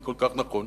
וזה כל כך נכון.